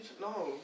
No